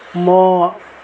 म